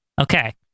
Okay